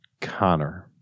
Connor